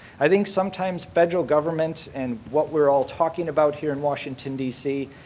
i think sometimes federal government and what we're all talking about here in washington, d c.